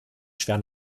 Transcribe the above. schwer